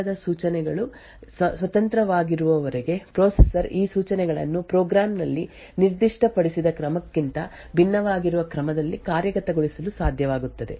ಆದ್ದರಿಂದ ಲೋಡ್ ಸೂಚನೆಗಳಲ್ಲಿನ ವಾದಗಳು ಮತ್ತು ಈ ನಂತರದ ಸೂಚನೆಗಳು ಸ್ವತಂತ್ರವಾಗಿರುವವರೆಗೆ ಪ್ರೊಸೆಸರ್ ಈ ಸೂಚನೆಗಳನ್ನು ಪ್ರೋಗ್ರಾಂ ನಲ್ಲಿ ನಿರ್ದಿಷ್ಟಪಡಿಸಿದ ಕ್ರಮಕ್ಕಿಂತ ಭಿನ್ನವಾಗಿರುವ ಕ್ರಮದಲ್ಲಿ ಕಾರ್ಯಗತಗೊಳಿಸಲು ಸಾಧ್ಯವಾಗುತ್ತದೆ